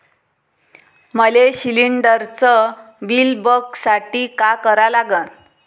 मले शिलिंडरचं बिल बघसाठी का करा लागन?